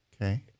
Okay